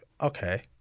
okay